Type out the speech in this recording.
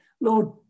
Lord